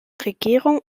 regierung